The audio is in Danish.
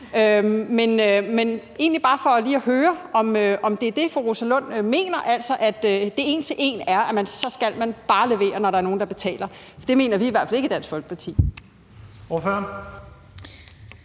vil egentlig bare lige høre, om det er det, fru Rosa Lund mener, altså at man en til en bare skal levere, når der er nogle, der betaler. For det mener vi i hvert fald ikke i Dansk Folkeparti.